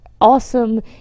awesome